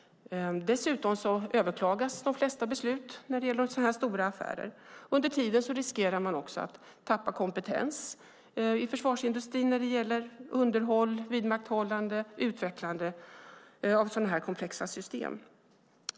Dessutom överklagas de flesta beslut när det gäller så stora affärer. Under tiden riskerar man också att tappa kompetens i försvarsindustrin när det gäller underhåll, vidmakthållande och utvecklande av sådana komplexa system.